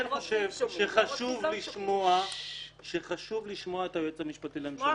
חושב שחשוב לשמוע את היועץ המשפטי לממשלה.